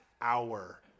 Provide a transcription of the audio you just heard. hour